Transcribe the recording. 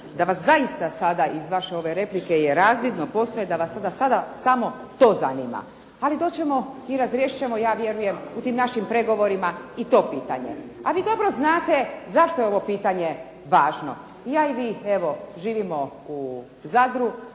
da vas zaista sada iz vaše ove replike je razvidno posve da sada samo to zanima. Ali to ćemo i razriješit ćemo, ja vjerujem, u tim našim pregovorima i to pitanje. A vi dobro znate zašto je ovo pitanje važno. Ja i vi evo živimo u Zadru,